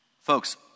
Folks